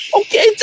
okay